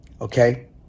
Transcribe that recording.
okay